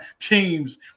teams